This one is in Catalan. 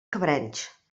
cabrenys